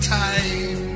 time